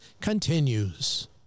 continues